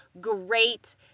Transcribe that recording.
great